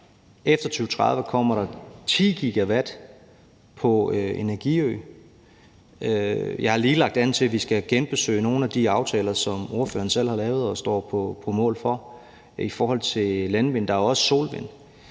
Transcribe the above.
Efter 2030 kommer der 10 GW på energiø. Jeg har lige lagt an til, at vi skal genbesøge nogle af de aftaler, som ordføreren selv har lavet og står på mål for, i forhold til landvind, og der er også solvind.